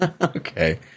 Okay